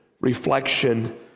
reflection